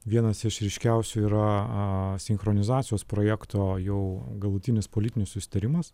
vienas iš ryškiausių yra a sinchronizacijos projekto jau galutinis politinis susitarimas